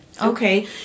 okay